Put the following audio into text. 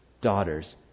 daughters